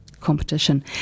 competition